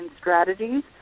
strategies